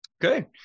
good